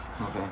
Okay